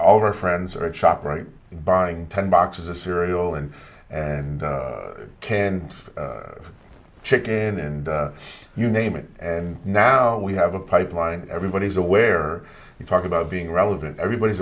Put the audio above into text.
all of our friends are chopped right buying ten boxes of cereal and and canned chicken and you name it and now we have a pipeline everybody's aware you talk about being relevant everybody's